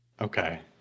Okay